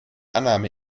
annahme